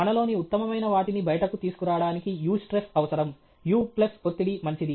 మనలోని ఉత్తమమైన వాటిని బయటకు తీసుకురావడానికి యూస్ట్రెస్ అవసరం u ప్లస్ ఒత్తిడి మంచిది